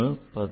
5 0